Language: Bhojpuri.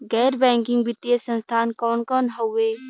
गैर बैकिंग वित्तीय संस्थान कौन कौन हउवे?